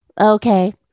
Okay